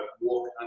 walk